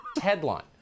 headline